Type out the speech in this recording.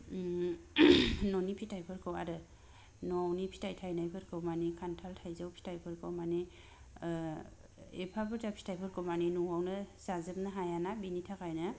ओम न'नि फिथायफोरखौ आरो न'नि फिथाय थायनायफोरखौ माने खान्थाल थाइजौ फिथायफोरखौ माने ओ एफा बुरजा फिथाइफोरखौ माने न'आवनो जाजोबनो हाया ना बिनि थाखायनो